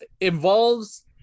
involves